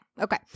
Okay